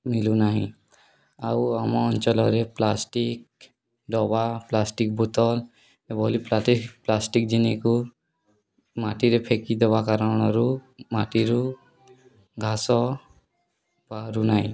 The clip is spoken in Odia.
ମିଳୁନାହିଁ ଆଉ ଆମ ଅଞ୍ଚଲରେ ପ୍ଲାଷ୍ଟିକ୍ ଡବା ପ୍ଲାଷ୍ଟିକ୍ ବୋତଲ ଭଳି ପ୍ଲାଷ୍ଟିକ୍ ଜିନିଷକୁ ମାଟିରେ ଫେକି ଦେବା କାରଣରୁ ମାଟିରୁ ଘାସ ବାହାରୁନାହିଁ